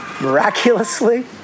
Miraculously